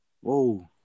Whoa